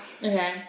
Okay